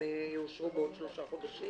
יאושרו בעוד שלושה חודשים?